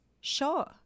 sure